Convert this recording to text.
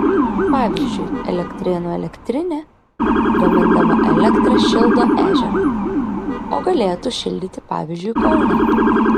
pavyzdžiui elektrėnų elektrinė gamindama elektrą šildo ežerą o galėtų šildyti pavyzdžiui kauną